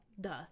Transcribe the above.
duh